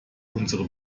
unsere